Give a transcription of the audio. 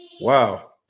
wow